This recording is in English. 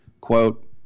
Quote